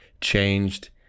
changed